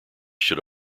should